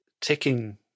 ticking